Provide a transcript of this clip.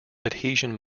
adhesion